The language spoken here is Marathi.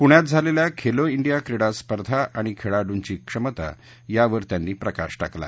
पुण्यात झालेल्या खेलो डिया क्रिडा स्पर्धा आणि खेळाडूंची क्षमता यावर त्यांनी प्रकाश टाकला